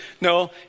no